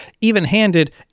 even-handed